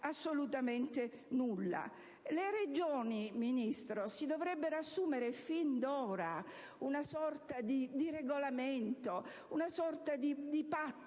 assolutamente nulla). Le Regioni, signor Ministro, dovrebbero assumere fin d'ora una sorta di regolamento, di patto